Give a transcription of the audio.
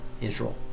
Israel